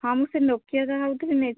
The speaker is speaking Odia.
ହଁ ମୁଁ ସେ ନୋକିଆଟା ଭାବୁଥିଲି ନେଇ